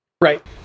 Right